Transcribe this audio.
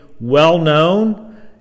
well-known